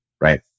Right